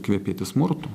kvepėti smurtu